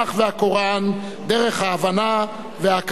דרך ההבנה והכבוד ההדדי.